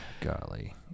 Golly